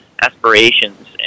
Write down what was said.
aspirations